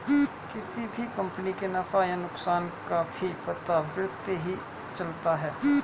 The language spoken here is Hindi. किसी भी कम्पनी के नफ़ा या नुकसान का भी पता वित्त ही चलता है